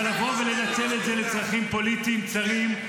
תתבייש --- אבל לבוא ולנצל את זה לצרכים פוליטיים צרים,